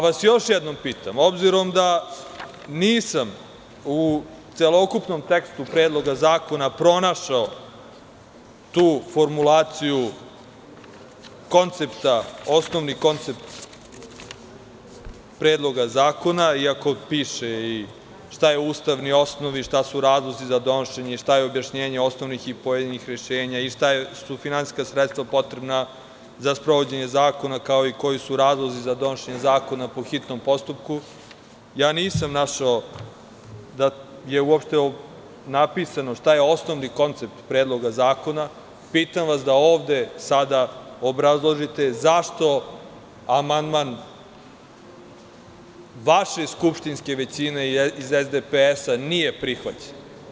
Još jednom vas pitam, obzirom da nisam u celokupnom tekstu predloga zakona pronašao tu formulaciju koncepta, osnovni koncept predloga zakona, iako piše i šta je ustavni osnov i šta su razlozi za donošenje i šta je objašnjenje osnovnih i pojedinih rešenja i šta su finansijska sredstva potrebna za sprovođenje zakona, kao i koji su razlozi za donošenje zakona po hitnom postupku, nisam našao da je uopšte napisano šta je osnovni koncept predloga zakona, pitam vas da ovde sada obrazložite – zašto amandman vaše skupštinske većine, iz SDPS, nije prihvaćen?